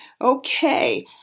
Okay